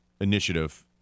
initiative